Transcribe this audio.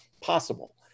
possible